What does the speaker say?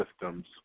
systems